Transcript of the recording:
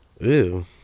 ew